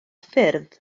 ffyrdd